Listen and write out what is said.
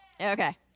Okay